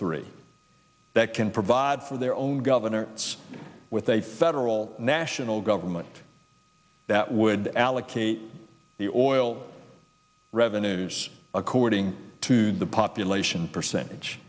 three that can provide for their own governor it's with a federal national government that would allocate the oil revenues according to the population percentage